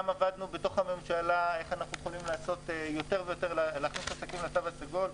גם עבדנו בתוך הממשלה להכניס יותר ויותר עסקים לתו הסגול.